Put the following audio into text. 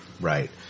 Right